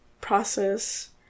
process